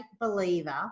believer